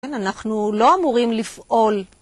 אנחנו לא אמורים לפעול.